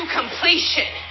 completion